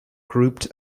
grouped